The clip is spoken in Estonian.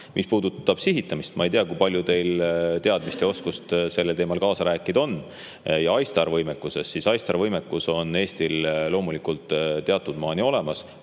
Mis puudutab sihitamist – ma ei tea, kui palju on teil teadmist ja oskust sellel teemal kaasa rääkida – ja ISTAR‑võimekust, siis ISTAR‑võimekus on Eestil loomulikult teatud maani olemas,